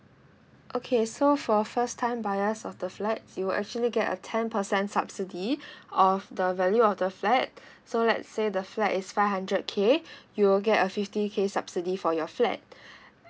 okay so for first time buyers of the flat you'll actually get a ten percent subsidy of the value of the flat so let's say the flat is five hundred K you will get a fifty K subsidy for your flat